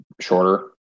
shorter